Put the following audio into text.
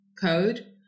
code